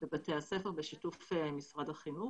בבתי הספר בשיתוף משרד החינוך